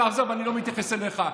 אבל עזוב, אני לא מתייחס אליך.